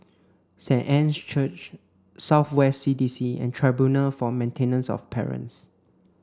Saint Anne's Church South West C D C and Tribunal for Maintenance of Parents